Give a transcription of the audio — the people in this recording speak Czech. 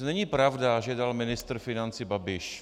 Takže není pravda, že dal ministr financí Babiš.